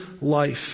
life